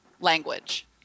language